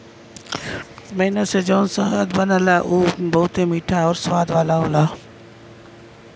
मेहनत से जौन शहद बनला उ बहुते मीठा आउर स्वाद वाला होला